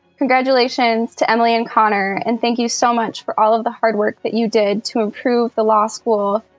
congratulations to emily and connor and thank you so much for all of the hard work that you did to improve the law school,